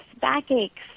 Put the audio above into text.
backaches